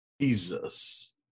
Jesus